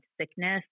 sickness